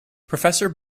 professor